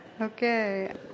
Okay